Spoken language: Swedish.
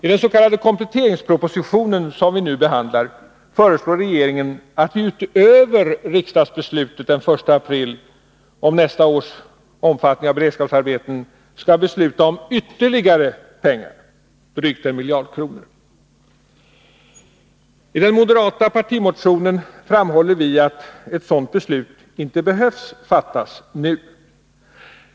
I den s.k. kompletteringspropositionen, som vi nu behandlar, föreslår regeringen att riksdagen skall besluta att anslå ytterligare drygt 1 miljard kronor för beredskapsarbeten, utöver det anslag som riksdagen fattade beslut om den 1 april. I den moderata partimotionen framhåller vi att ett sådant beslut inte behöver fattas nu.